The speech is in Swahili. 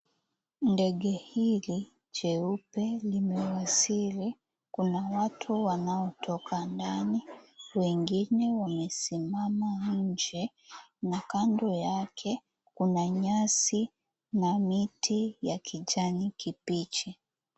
Ndege hili jeupe limewasili kuna watu wanaotoka ndani wengine wanasimama njee na kando yake kuna nyasi na miti ya kijani kibichi.